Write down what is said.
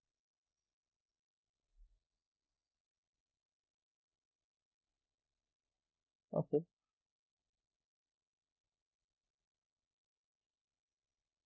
okay